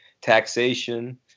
taxation